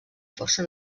força